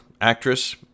actress